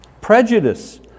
Prejudice